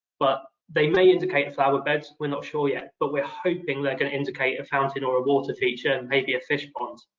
but they may indicate flower beds. we're not sure yet. but we're hoping they're gonna indicate a fountain or a water feature, maybe a fish pond.